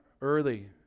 early